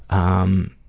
um,